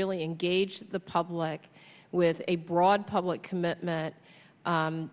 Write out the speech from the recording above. really engage the public with a broad public commitment